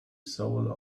soul